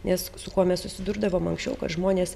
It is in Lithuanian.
nes su kuo mes susidurdavom anksčiau kad žmonės